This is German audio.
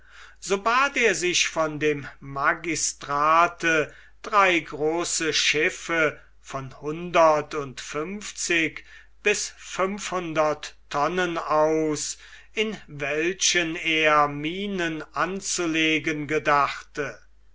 so bat er sich von dem magistrate drei große schiffe von hundert und fünfzig bis fünfhundert tonnen aus in welchen er minen anzulegen gedachte